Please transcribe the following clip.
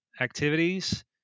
activities